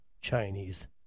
Chinese